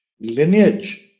lineage